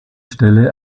stelle